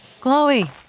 Chloe